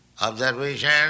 Observation